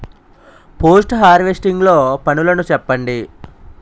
Post harvesting లో పనులను చెప్పండి?